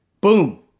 Boom